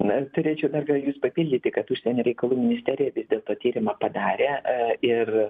na turėčiau dar gal jus papildyti kad užsienio reikalų ministerija vis dėlto tyrimą padarė ir